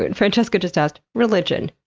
ah and francesca just asked religion,